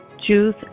Jews